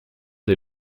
des